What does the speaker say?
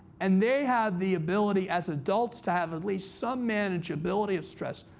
and they have the ability as adults to have at least some manageability of stress.